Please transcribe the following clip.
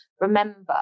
remember